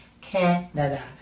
Canada